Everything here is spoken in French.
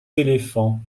éléphants